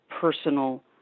personal